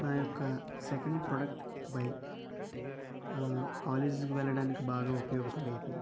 నా యొక్క second product bike కాలేజీకి వెళ్ళడానికి బాగా ఉపయోగపడేది